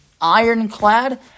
ironclad